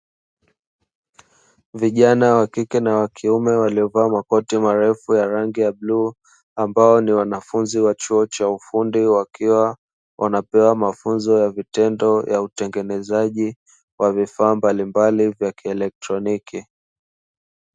Vijana wa kike na wa kiume, waliovaa makoti marefu ya rangi ya bluu, ambao ni wanafunzi wa chuo cha ufundi, wakiwa wanapewa mafunzo ya vitendo ya utengenezaji wa vifaa mbalimbali vya kielektroniki.